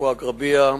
עפו אגבאריה,